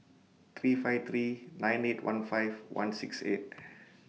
three five three nine eight one five one six eight